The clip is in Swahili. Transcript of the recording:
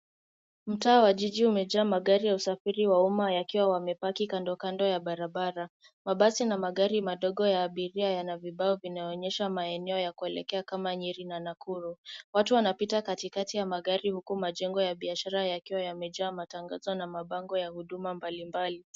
Mtaa wa jiji umejaa magari ya usafiri wa umma yakiwa yamepaki kando kando ya barabara. Mabasi na magari madogo ya abiria yana vibao vinaonyesha maeneo ya kuelekea kama Nyeri na Nakuru. Watu wanapita katikati ya magari huku majengo ya biashara yakiwa yamejaa matangazo na mabango ya huduma mbalimbali.